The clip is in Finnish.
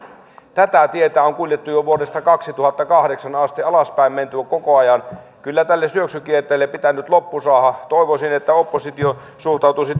tätä tietä on kuljettu jo vuodesta kaksituhattakahdeksan asti alaspäin menty on koko ajan kyllä tälle syöksykierteelle pitää nyt loppu saada toivoisin että oppositio suhtautuisi